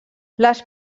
les